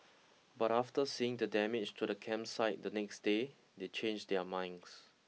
but after seeing the damage to the campsite the next day they changed their minds